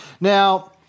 Now